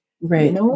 Right